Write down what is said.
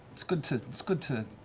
it's good to it's good to